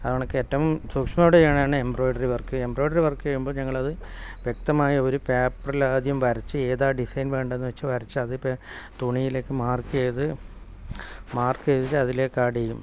അത് കണക്ക് ഏറ്റവും സൂക്ഷ്മമായിട്ട് ചെയ്യണേ എന്ന് എംബ്രോയിഡറി വർക്ക് എംബ്രോയിഡറി വർക്ക് ചെയ്യുമ്പോൾ ഞങ്ങളത് വ്യക്തമായ ഒരു പേപ്പറിൽ ആദ്യം വരച്ച് ഏതാ ഡിസൈൻ വേണ്ടതെന്ന് വെച്ചാൽ വരച്ച് അതിപ്പം തുണിയിലേക്ക് മാർക്ക് ചെയ്ത് മാർക്ക് ചെയ്ത് അതിലേക്ക് ആഡ് ചെയ്യും